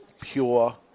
pure